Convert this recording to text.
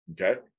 Okay